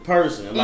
person